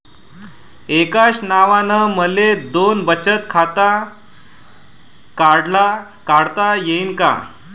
एकाच नावानं मले दोन बचत खातं काढता येईन का?